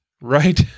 right